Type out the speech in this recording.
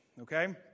okay